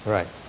Right